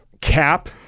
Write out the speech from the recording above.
Cap